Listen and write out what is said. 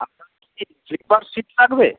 আপনার কি sleeper seat লাগবে